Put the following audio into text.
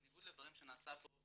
בניגוד לדברים שנעשה פה,